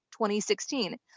2016